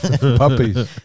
puppies